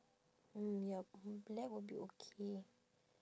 mm yup black will be okay